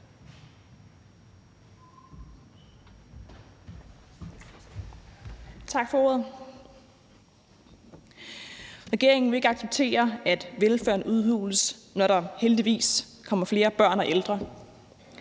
Tak for ordet. Regeringen vil ikke acceptere, at velfærden udhules, når der, heldigvis, kommer flere børn og ældre.